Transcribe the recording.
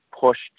pushed